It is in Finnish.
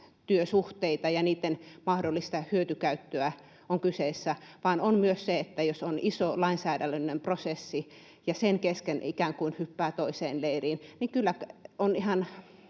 työsuhteita ja niitten mahdollista hyötykäyttöä, vaan on myös se, että jos on iso lainsäädännöllinen prosessi ja sen kesken ikään kuin hyppää toiseen leiriin, niin kyllä on ihan